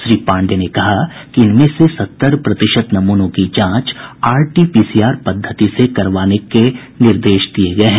श्री पांडेय ने कहा कि इनमें से सत्तर प्रतिशत नमूनों की जांच आरटीपीसीआर पद्धति से करवाने का निर्देश दिया गया है